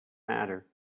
matter